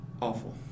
Awful